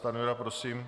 Prosím.